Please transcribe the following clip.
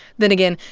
then again,